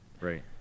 Right